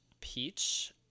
Peach